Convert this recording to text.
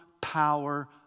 power